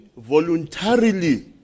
voluntarily